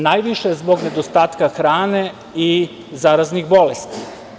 Najviše zbog nedostatka hrane i zaraznih bolesti.